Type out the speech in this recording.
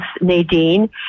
Nadine